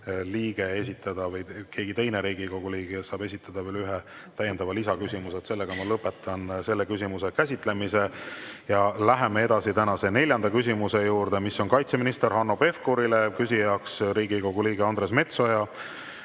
siis saab keegi teine Riigikogu liige esitada veel ühe täiendava lisaküsimuse. Lõpetan selle küsimuse käsitlemise. Läheme edasi tänase neljanda küsimuse juurde, mis on kaitseminister Hanno Pevkurile. Küsijaks on Riigikogu liige Andres Metsoja.